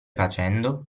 facendo